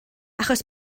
achos